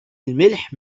الملح